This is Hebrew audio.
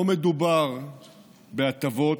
לא מדובר בהטבות,